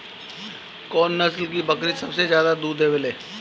कौन नस्ल की बकरी सबसे ज्यादा दूध देवेले?